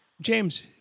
James